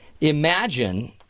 Imagine